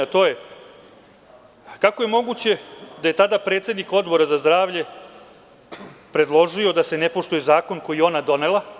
Kako je moguće da je tada predsednik Odbora za zdravlje predložio da se ne poštuje zakona koji je Skupština donela?